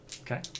Okay